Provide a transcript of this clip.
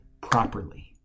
properly